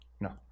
No